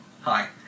Hi